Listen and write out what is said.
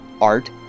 art